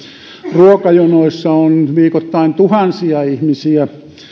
ruokajonoissa on viikoittain tuhansia ihmisiä